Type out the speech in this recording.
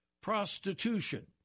prostitution